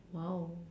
!wow!